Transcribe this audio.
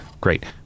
great